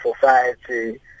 society